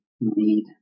need